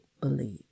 believe